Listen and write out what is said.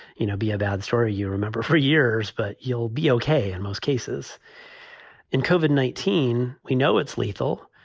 you know, be a bad story. you remember for years, but you'll be ok in most cases in koven, nineteen. we know it's lethal.